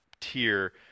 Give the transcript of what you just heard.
tier –